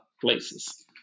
places